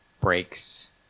breaks